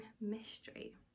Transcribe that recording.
mystery